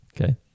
Okay